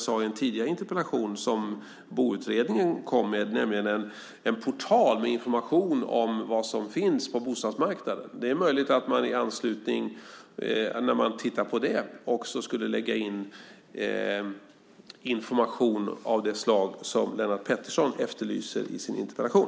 I en tidigare interpellationsdebatt nämnde jag en portal från Boutredningen med information om vad som finns på bostadsmarknaden. Det är möjligt att man i anslutning till att man tittar på detta också skulle lägga in information där av det slag som Lennart Pettersson efterlyser i sin interpellation.